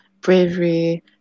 bravery